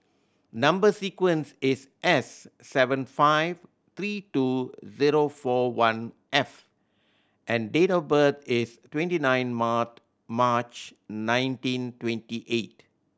number sequence is S seven five three two zero four one F and date of birth is twenty nine March March nineteen twenty eight